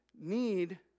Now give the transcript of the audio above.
need